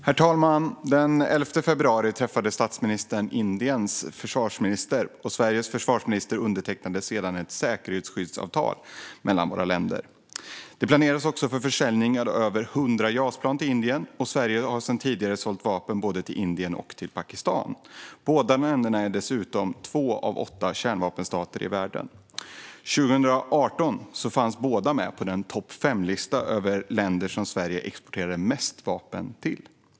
Herr talman! Den 11 februari träffade statsministern Indiens försvarsminister. Sveriges försvarsminister undertecknade sedan ett säkerhetsskyddsavtal mellan våra länder. Det planerades också för försäljning av över 100 JAS-plan till Indien. Och Sverige har sedan tidigare sålt vapen både till Indien och till Pakistan. De länderna är dessutom två av åtta kärnvapenstater i världen. År 2018 fanns båda med på den topp-5-lista över länder som Sverige exporterade mest vapen till.